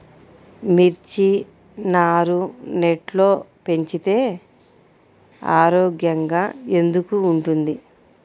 మిర్చి నారు నెట్లో పెంచితే ఆరోగ్యంగా ఎందుకు ఉంటుంది?